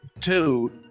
two